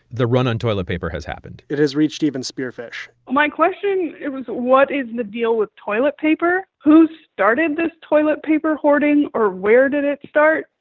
the run on toilet paper has happened it has reached even spearfish my question, it was what is the deal with toilet paper? who started this toilet paper hoarding? or where did it start?